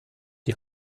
die